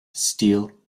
steel